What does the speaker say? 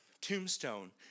tombstone